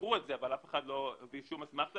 אמרו את זה, אבל אף אחד לא הביא שום אסמכתה.